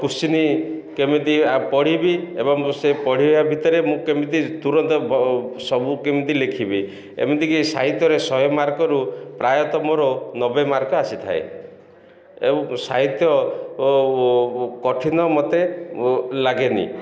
question କେମିତି ପଢ଼ିବି ଏବଂ ସେ ପଢ଼ିବା ଭିତରେ ମୁଁ କେମିତି ତୁରନ୍ତ ସବୁ କେମିତି ଲେଖିବି ଏମିତିକି ସାହିତ୍ୟରେ ଶହେ ମାର୍କରୁ ପ୍ରାୟତଃ ମୋର ନବେ ମାର୍କ ଆସିଥାଏ ଏବଂ ସାହିତ୍ୟ କଠିନ ମୋତେ ଲାଗେନି